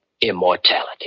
immortality